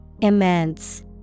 Immense